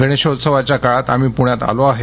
गणेशोत्सवाच्या काळात आम्ही पुण्यात आलो आहे